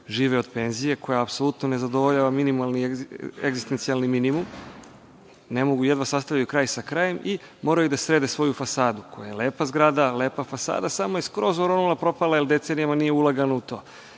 žive od penzije koja apsolutno ne zadovoljava minimalni egzistencijalni minimum, jedva sastavljaju kraj sa krajem, i moraju da srede svoju fasadu, koja je lepa zgrada, lepa fasada, samo je skroz oronula, propala je, jer decenijama nije ulagano u to.